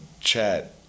chat